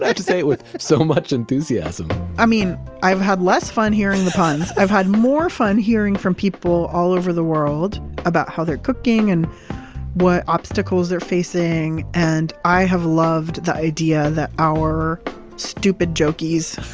to say it with so much enthusiasm i mean i've had less fun hearing the puns. i've had more fun hearing from people all over the world about how they're cooking and what obstacles they're facing. and i have loved the idea that our stupid jokeys